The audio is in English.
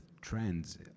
trends